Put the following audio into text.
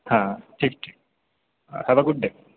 হ্যাঁ ঠিক ঠিক হ্যাভ অ্যা গুড ডে